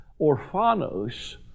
orphanos